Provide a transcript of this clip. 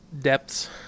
Depths